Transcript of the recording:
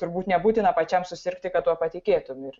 turbūt nebūtina pačiam susirgti kad tuo patikėtum ir